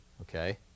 Okay